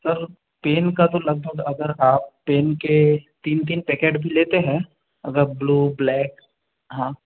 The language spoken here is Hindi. सर पेन का तो लगभग अगर आप पेन के तीन तीन पैकेट भी लेते हैं अगर ब्लू ब्लैक हाँ